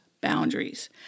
boundaries